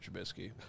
Trubisky